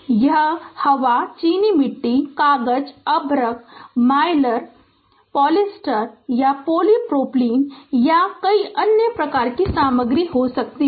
यह हवा चीनी मिट्टी कागज अभ्रक मायलर पॉलिएस्टर या पॉलीप्रोपाइलीन या कई अन्य सामग्री हो सकती है